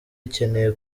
ikeneye